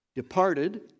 Departed